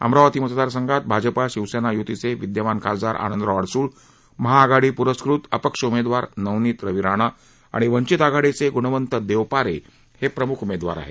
अमरावती मतदारसंघात भाजप शिवसेना य्तीचे विद्यमान खासदार आनंदराव अडसूळ महाआघाडी प्रस्कृत अपक्ष उमेदवार नवनीत रवी राणा आणि वंचित आघाडीचे ग्णवंत देवपारे हे प्रम्ख उमेदवार आहेत